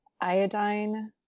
Iodine